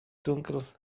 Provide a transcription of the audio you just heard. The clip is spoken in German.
dunkel